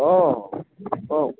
অ কওক